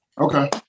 Okay